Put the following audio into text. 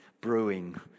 brewing